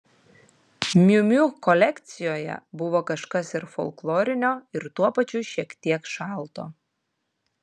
miu miu kolekcijoje buvo kažkas ir folklorinio ir tuo pačiu šiek tiek šalto